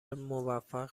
موفق